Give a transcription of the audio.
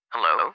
Hello